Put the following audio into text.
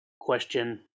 question